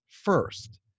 first